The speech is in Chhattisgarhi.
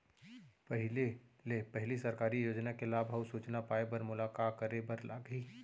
पहिले ले पहिली सरकारी योजना के लाभ अऊ सूचना पाए बर मोला का करे बर लागही?